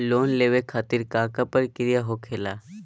Loan लेवे खातिर का का प्रक्रिया होखेला?